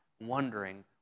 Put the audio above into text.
wondering